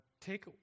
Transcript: take